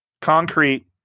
Concrete